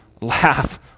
Laugh